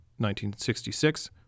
1966